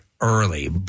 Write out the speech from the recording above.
early